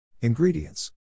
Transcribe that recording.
Ingredients